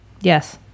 Yes